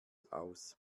aus